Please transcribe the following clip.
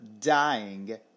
dying